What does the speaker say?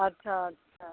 अच्छा अच्छा